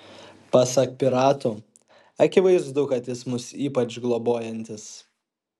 pasak piratų akivaizdu kad jis mus ypač globojantis